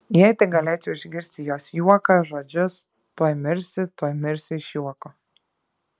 jei tik galėčiau išgirsti jos juoką žodžius tuoj mirsiu tuoj mirsiu iš juoko